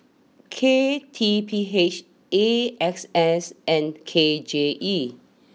K T P H A X S and K J E